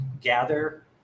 gather